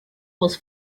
was